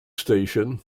station